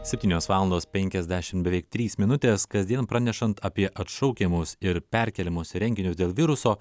septynios valandos penkiasdešimt beveik trys minutės kasdien pranešant apie atšaukiamus ir perkeliamus renginius dėl viruso